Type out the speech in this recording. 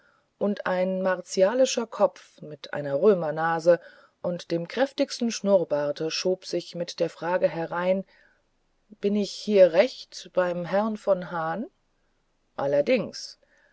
und ein martialischer kopf mit einer römernase und dem kräftigsten schnurrbarte schob sich mit der frage herein bin ich hier recht beim herrn von hahn allerdings